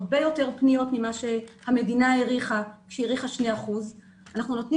הרבה יותר פניות ממה שהמדינה העריכה כשהיא העריכה 2%. אנחנו נותנים